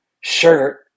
shirt